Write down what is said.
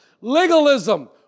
Legalism